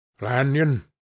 Lanyon